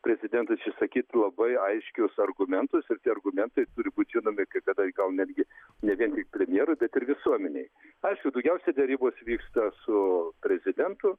prezidentas išsakyt labai aiškius argumentus ir tie argumentai turi būt žinomi kaip gal netgi ne vien tik premjerui bet ir visuomenei aišku daugiausia derybos vyksta su prezidentu